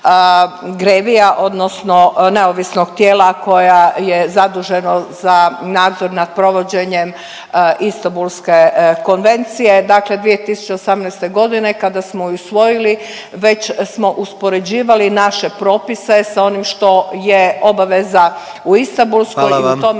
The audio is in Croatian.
GREVI-ja odnosno neovisnog tijela koja je zaduženo za nadzor nad provođenjem Istambulske konvencije, dakle 2018.g. kada smo ju usvojili već smo uspoređivali naše propise sa onim što je obaveza u Istambulskoj…/Upadica